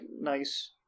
nice